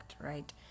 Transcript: Right